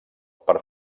per